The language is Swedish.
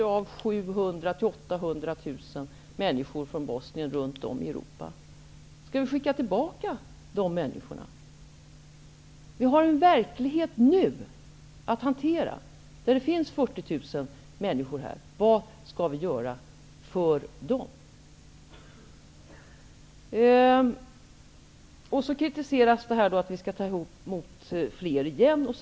700 000--800 000 människor har gett sig av från Bosnien ut i Europa. Skall vi skicka tillbaka de människorna? Vi har en verklighet att hantera nu. Det finns 40 000 människor här. Vad skall vi göra för dem? Vidare kritiseras att Sverige skall ta emot fler flyktingar.